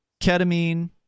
ketamine